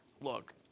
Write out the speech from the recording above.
look